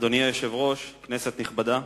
אדוני היושב-ראש, כנסת נכבדה,